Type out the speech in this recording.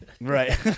Right